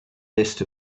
list